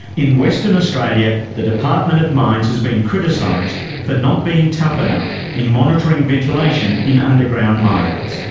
in western australia the department of mines has been criticised for not being tough enough in monitoring ventilation in underground mines.